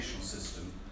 system